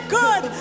good